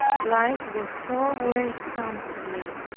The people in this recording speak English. life was so wearisome to me,